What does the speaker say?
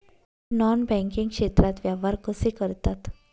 Non banking क्षेत्रात व्यवहार कसे करतात?